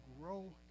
grow